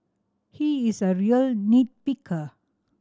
he is a real nit picker